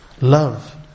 Love